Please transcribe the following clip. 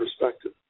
perspective